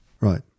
Right